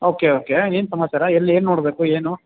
okay okay ಏನು ಸಮಾಚಾರ ಎಲ್ಲಿ ಏನು ನೋಡಬೇಕು ಏನು